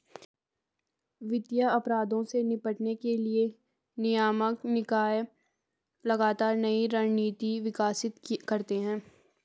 वित्तीय अपराधों से निपटने के लिए नियामक निकाय लगातार नई रणनीति विकसित करते हैं